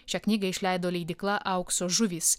šią knygą išleido leidykla aukso žuvys